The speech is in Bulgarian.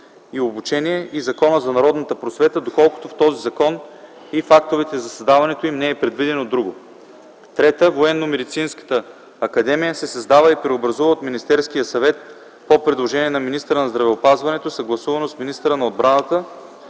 и обучение и Закона за народната просвета, доколкото в този закон и в актовете за създаването им не е предвидено друго. (3) Военномедицинската академия се създава и преобразува от Министерския съвет по предложение на министъра на здравеопазването, съгласувано с министъра на отбраната